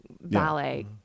ballet